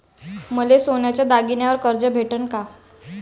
मले सोन्याच्या दागिन्यावर कर्ज भेटन का?